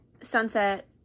sunset